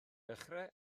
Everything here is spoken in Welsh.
dechrau